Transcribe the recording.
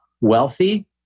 wealthy